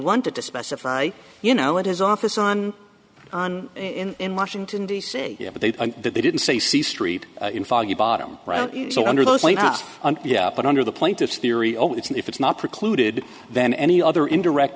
wanted to specify you know at his office on on in washington d c but they did they didn't say c street in foggy bottom so under those were not put under the plaintiff's theory oh if it's not precluded then any other indirect